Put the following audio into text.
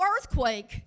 earthquake